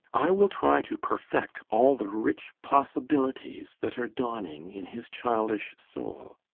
i will try to perfect all the rich possibilities that are dawning in his childish soul.